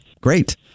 great